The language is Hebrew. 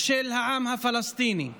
של העם הפלסטיני.